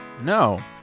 No